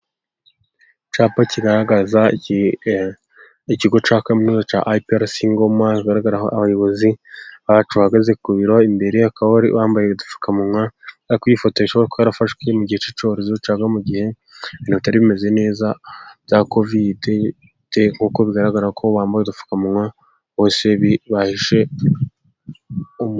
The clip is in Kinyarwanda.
Icyapa kigaragaza ikigo cya kaminuza cya IPRC Ngoma, hagaragaraho abayobozi bacyo bahagaze ku biro, imbere bakaba bari bambaye udupfukamunwa bari kwifotoresha, ishobora kuba yarafashwe mu gihe cy'icyorezo cyangwa mu gihe ibintu bitari bimeze neza bya kovide ,kuko bigaragara ko bambaye udupfuka munwa bose bahishe.